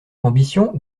ambition